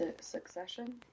succession